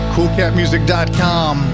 Coolcatmusic.com